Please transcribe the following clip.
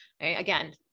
again